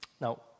Now